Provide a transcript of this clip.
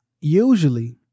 Usually